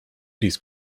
these